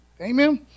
Amen